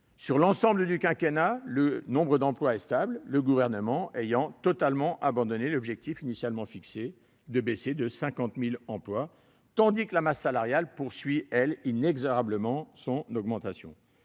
Sur l'ensemble du quinquennat, le nombre d'emplois est stable, le Gouvernement ayant totalement abandonné l'objectif initialement fixé d'une baisse de 50 000 emplois, tandis que la masse salariale poursuit inexorablement son augmentation.